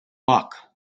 buck